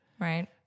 right